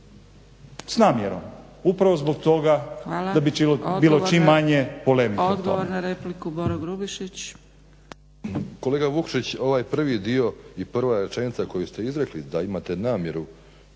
s namjerom, upravo zbog toga da bi bilo čim manje polemike